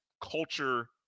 culture